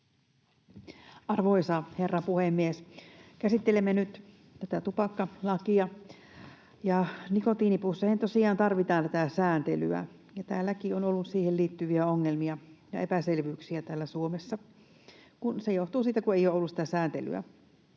Arvoisa herra puhemies! Käsittelemme nyt tätä tupakkalakia. Nikotiinipusseihin tosiaan tarvitaan tätä sääntelyä. Täällä Suomessakin on ollut siihen liittyviä ongelmia ja epäselvyyksiä, ja se johtuu esimerkiksi siitä, kun ei ole ollut sitä sääntelyä.